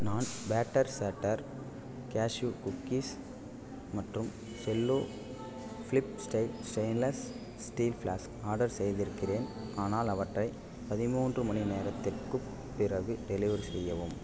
நான் batter chatter cashew cookies மற்றும் cello flip style stainless steel flask order செய்திருக்கிறேன் ஆனால் அவற்றை பதிமூன்று மணி நேரத்துக்கு பிறகு டெலிவரி செய்யவும்